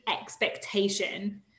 expectation